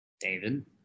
David